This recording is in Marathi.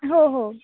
हो हो